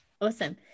Awesome